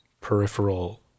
peripheral